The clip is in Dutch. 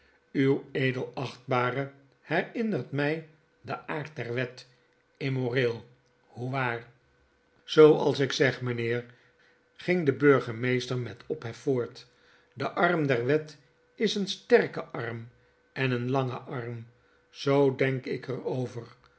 uw edelachtbare herinnert my den aard der wet lmmoreel hoe waar zooals ik zeg meneer ging de burgemeester met ophef voort de arm der wet is een sterke arm en een lange arm zoo denk ik er over